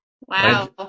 Wow